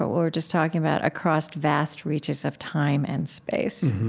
ah were just talking about, across vast reaches of time and space